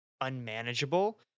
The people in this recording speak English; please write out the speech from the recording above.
unmanageable